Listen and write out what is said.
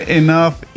enough